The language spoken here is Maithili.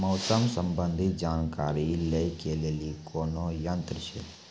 मौसम संबंधी जानकारी ले के लिए कोनोर यन्त्र छ?